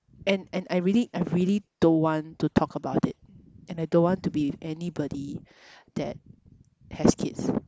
and and I really I really don't want to talk about it and I don't want to be with anybody that has kids